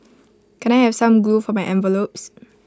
can I have some glue for my envelopes